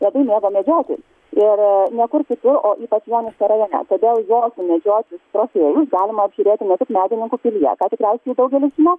labai mėgo medžioti ir niekur kitur o ypač joniškio rajone todėl jo sumedžiotus trofėjus galima apžiūrėti ne tik medininkų pilyje tikriausiai daugelis žino